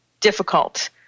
difficult